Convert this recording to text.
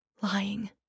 lying